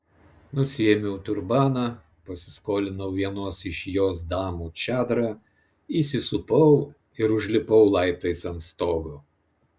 nusiėmiau turbaną pasiskolinau vienos iš jos damų čadrą įsisupau ir užlipau laiptais ant stogo